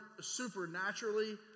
supernaturally